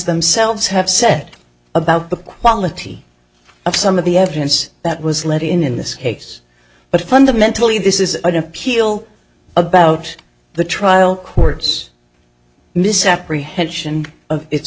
themselves have said about the quality of some of the evidence that was let in in this case but fundamentally this is an appeal about the trial court's misapprehension of its